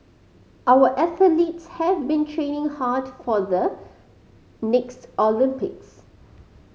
our athletes have been training hard for the next Olympics